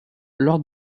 lors